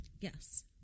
Yes